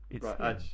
Right